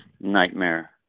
nightmare